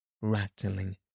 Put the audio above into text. rattling